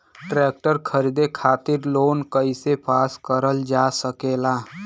Tractor खरीदे खातीर loan कइसे पास करल जा सकेला?